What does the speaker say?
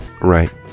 Right